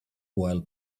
while